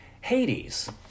Hades